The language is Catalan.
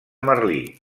merlí